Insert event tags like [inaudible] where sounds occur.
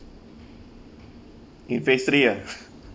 in phase three ah [laughs]